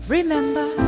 Remember